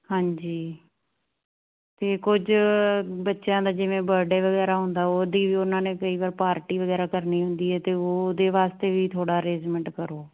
ਹਾਂਜੀ ਤੇ ਕੁਝ ਬੱਚਿਆਂ ਦਾ ਜਿਵੇਂ ਬਰਥਡੇ ਵਗੈਰਾ ਹੁੰਦਾ ਉਹਦੀ ਵੀ ਉਹਨਾਂ ਨੇ ਕਈ ਵਾਰ ਪਾਰਟੀ ਵਗੈਰਾ ਕਰਨੀ ਹੁੰਦੀ ਹੈ ਤੇ ਉਹਦੇ ਵਾਸਤੇ ਵੀ ਥੋੜਾ ਅਰੇਜਮੈਂਟ ਕਰੋ